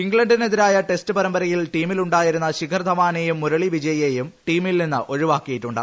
ഇംഗ്ലണ്ടിനെതിരായ ടെസ്റ്റ് പരമ്പരയിൽ ടീമിലുണ്ടായിരുന്ന ശിഖർ ധവാനെയും മുരളി വിജയെയും ടീമിൽ നിന്ന് ഒഴിവാക്കിയിട്ടുണ്ട്